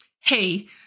hey